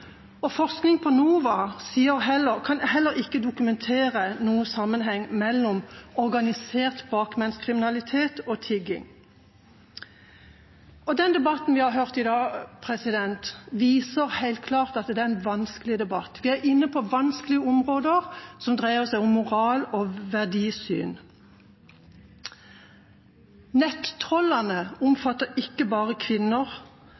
handlinger. Forskning på NOVA kan heller ikke dokumentere noen sammenheng mellom organisert kriminalitet, med bakmenn, og tigging. Den debatten vi har hørt i dag, viser helt klart at dette er en vanskelig debatt. Vi er inne på vanskelige områder som dreier seg om moral og verdisyn. Nettrollene omfatter ikke bare kvinner.